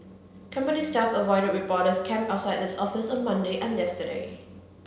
company staff avoided reporters camped outside its office on Monday and yesterday